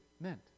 meant